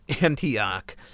Antioch